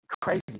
Crazy